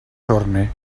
torne